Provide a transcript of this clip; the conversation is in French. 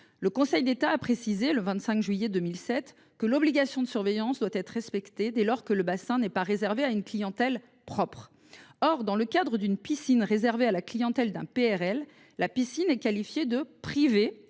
Le Conseil d’État a précisé, le 25 juillet 2007, que l’obligation de surveillance doit être respectée dès lors que le bassin n’est pas réservé à une clientèle propre. Or, dans le cadre d’une piscine réservée à la clientèle d’un PRL, la piscine est qualifiée de « privée à